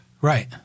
Right